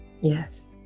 Yes